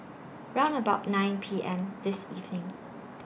round about nine P M This evening